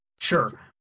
Sure